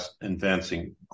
advancing